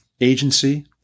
agency